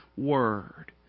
word